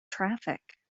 traffic